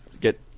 get